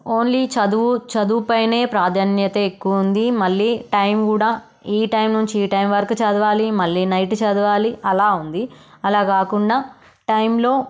only చదువు చదువుపైనే ప్రాధాన్యత ఎక్కువ ఉంది మళ్ళీ టైం కూడా ఈ టైం నుంచి టైం వరకు చదవాలి మళ్ళీ నైట్ చదవాలి అలా ఉంది అలా కాకుండా టైంలో